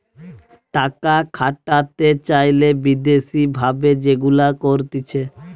টাকা খাটাতে চাইলে বিদেশি ভাবে যেগুলা করতিছে